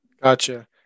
gotcha